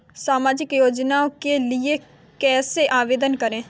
सामाजिक योजना के लिए कैसे आवेदन करें?